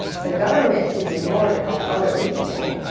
the government should do more to help elderly people.